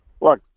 Look